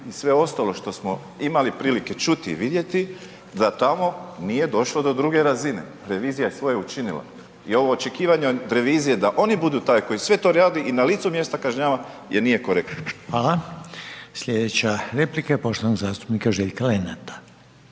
i sve ostalo što smo imali prilike čuti i vidjeti da tamo nije došlo do druge razine, revizija je svoje učinila i ovo očekivanje od revizije da oni budu taj koji sve to radi i na licu mjesta kažnjava, nije korektno. **Reiner, Željko (HDZ)** Hvala. Slijedeća replika je poštovanog zastupnika Željka Lenarta.